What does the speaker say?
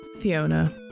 fiona